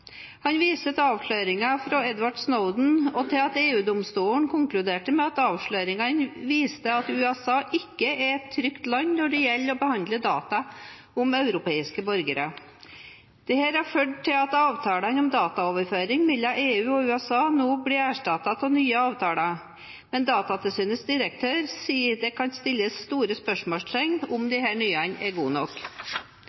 Han viser til avsløringene fra Edward Snowden og til at EU-domstolen konkluderte med at avsløringene viste at USA ikke er et trygt land når det gjelder å behandle data om europeiske borgere. Dette har ført til at avtalene om dataoverføringer mellom EU og USA nå blir erstattet av nye avtaler, men Datatilsynets direktør sier at det kan settes store spørsmålstegn ved om